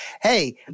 hey